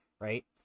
right